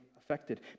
affected